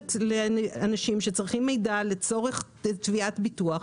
מאפשרת לאנשים שצריכים מידע לצורך תביעת ביטוח